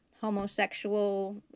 homosexual